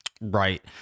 Right